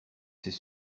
c’est